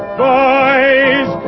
boys